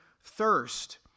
thirst